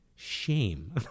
shame